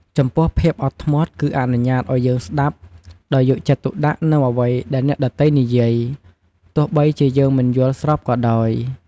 ចំពោះភាពអត់ធ្មត់គឺអនុញ្ញាតឲ្យយើងស្តាប់ដោយយកចិត្តទុកដាក់នូវអ្វីដែលអ្នកដទៃនិយាយ ទោះបីជាយើងមិនយល់ស្របក៏ដោយ។